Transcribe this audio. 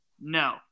No